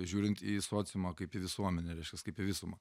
žiūrint į sociumą kaip į visuomenę reiškias kaip į visuma